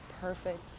perfect